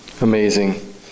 Amazing